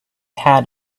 had